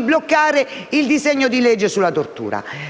bloccare il disegno di legge sulla tortura.